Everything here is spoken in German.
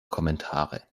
kommentare